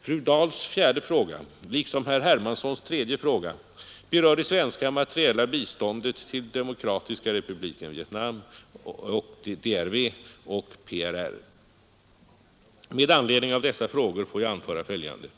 Fru Dahls fjärde fråga liksom herr Hermanssons tredje fråga berör det svenska materiella biståndet till Demokratiska republiken Vietnam och Republiken Sydvietnams provisoriska revolutionära regering . Med anledning av dessa frågor får jag anföra följande.